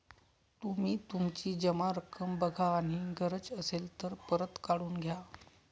तुम्ही तुमची जमा रक्कम बघा आणि गरज असेल तर परत काढून घ्या